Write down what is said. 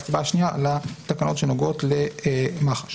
והצבעה שנייה על התקנות שנוגעות למח"ש.